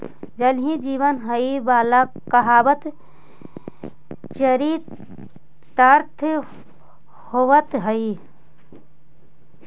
जल ही जीवन हई वाला कहावत चरितार्थ होइत हई